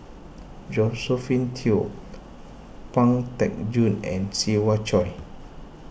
Josephine Teo Pang Teck Joon and Siva Choy